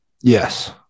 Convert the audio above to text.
Yes